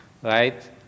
Right